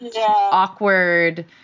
awkward